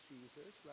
Jesus